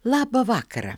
labą vakarą